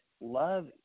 love